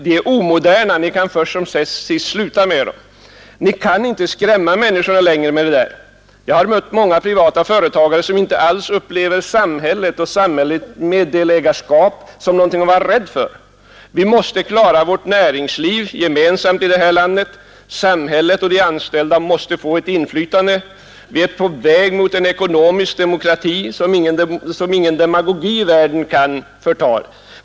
Det är ett omodernt ord som ni först som sist kan sluta med att använda. Ni kan inte längre skrämma människor med det. Jag har mött många privata företagare som inte alls upplever samhällets meddelägarskap som någonting att vara rädd för. Vi måste gemensamt klara vårt näringsliv här i landet. Samhället och de anställda måste få ett inflytande. Vi är på väg mot en ekonomisk demokrati som ingen demagogi i världen kan hindra.